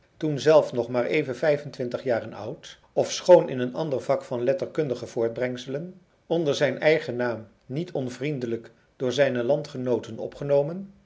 toen zelf nog maar even vijfentwintig jaren oud ofschoon in een ander vak van letterkundige voortbrengselen onder zijn eigen naam niet onvriendelijk door zijne landgenooten opgenomen